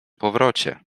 powrocie